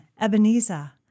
Ebenezer